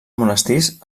monestirs